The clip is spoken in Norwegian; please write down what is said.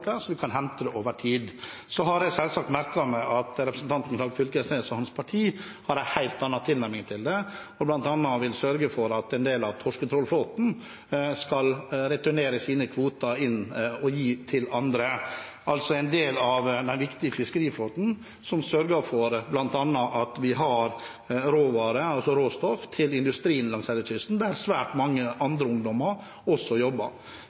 så vi kan hente det ut over tid. Så har jeg selvsagt merket meg at representanten Knag Fylkesnes og hans parti har en helt annen tilnærming til det. De vil bl.a. sørge for at en del av torsketrålflåten skal returnere sine kvoter og gi dem til andre, altså en del av denne viktige fiskeriflåten som bl.a. sørger for at vi har råstoff til industrien langs denne kysten, der svært mange andre ungdommer også jobber.